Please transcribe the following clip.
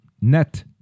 net